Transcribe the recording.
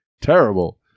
terrible